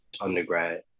undergrad